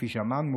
כפי שאמרנו,